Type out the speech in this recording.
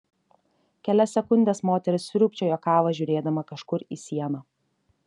kelias sekundes moteris sriūbčiojo kavą žiūrėdama kažkur į sieną